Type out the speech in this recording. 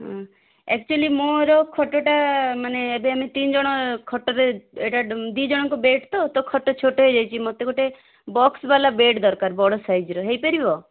ହୁଁ ଏକଚୌଲି ମୋର ଖଟ ଟା ମାନେ ଏବେ ଆମେ ତିନିଜଣ ଖଟ ରେ ଏଇଟା ଦୁଇଜଣଙ୍କ ବେଡ଼୍ ତ ତ ଖଟ ଛୋଟ ହେଇଯାଇଛି ମୋତେ ଗୋଟେ ବକ୍ସବାଲା ବେଡ଼୍ ଦରକାର ବଡ଼ ସାଇଜ୍ ର ହେଇପାରିବ